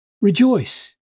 rejoice